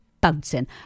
bouncing